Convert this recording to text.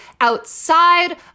outside